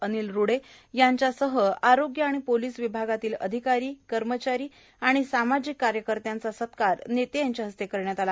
अनिल रुडे यांच्यासह आरोग्य आणि पोलिस विभागातील अधिकारी कर्मचारी आणि सामाजिक कार्यकर्त्यांचा सत्कार नेते यांच्या हस्ते करण्यात आला